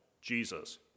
Jesus